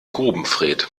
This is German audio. grubenfred